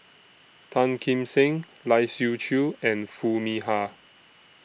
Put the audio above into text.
Tan Kim Seng Lai Siu Chiu and Foo Mee Har